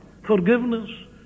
Forgiveness